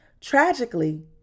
Tragically